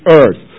earth